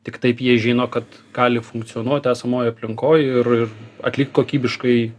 tik taip jie žino kad gali funkcionuot esamoj aplinkoj ir ir atlikt kokybiškai